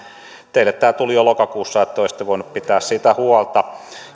teille tämä asia tuli jo lokakuussa eli te olisitte voineet pitää siitä huolta